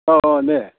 अ दे